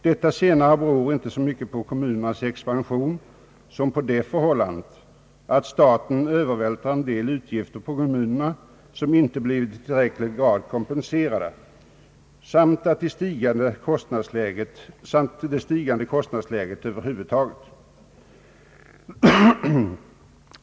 Detta senare beror inte så mycket på kommunernas expansion, som på det förhållandet att staten har övervältrat en del utgifter på kommunerna, som inte har blivit i tillräcklig grad kompenserade, samt på det stigande kostnadsläget över huvud taget.